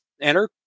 enter